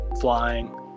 flying